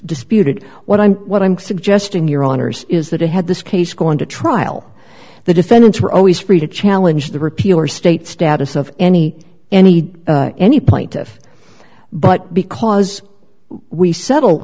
disputed what i'm what i'm suggesting your honour's is that it had this case going to trial the defendants were always free to challenge the repeal or state status of any any any point if but because we settle